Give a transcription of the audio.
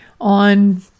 on